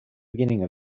beginning